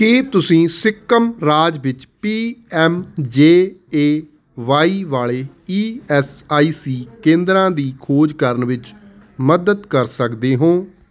ਕੀ ਤੁਸੀਂ ਸਿੱਕਮ ਰਾਜ ਵਿੱਚ P M J A Y ਵਾਲੇ ਈ ਐੱਸ ਆਈ ਸੀ ਕੇਂਦਰਾਂ ਦੀ ਖੋਜ ਕਰਨ ਵਿੱਚ ਮਦਦ ਕਰ ਸਕਦੇ ਹੋ